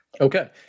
Okay